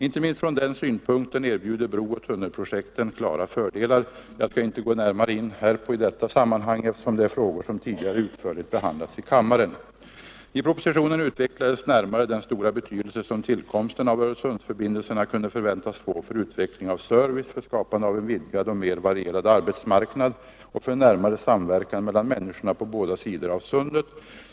Inte minst från denna synpunkt erbjuder brotoch tunnelprojekten klara fördelar. Jag skall inte gå närmare in härpå i detta sammanhang, eftersom det är frågor som tidigare utförligt behandlats i kammaren. I propositionen utvecklades närmare den stora betydelse som tillkomsten av Öresundsförbindelserna kunde förväntas få för utveckling av service, för skapande av en vidgad och mer varierad arbetsmarknad och för en närmare samverkan mellan människorna på båda sidorna av sundet.